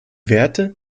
werte